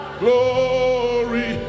glory